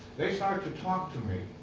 they start to talk to me.